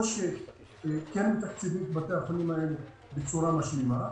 או שמתקצבים את בתי החולים האלה בצורה משלימה,